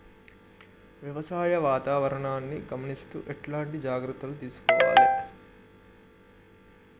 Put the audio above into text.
వ్యవసాయ వాతావరణాన్ని గమనిస్తూ ఎట్లాంటి జాగ్రత్తలు తీసుకోవాలే?